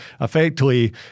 effectively